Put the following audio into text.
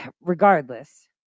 regardless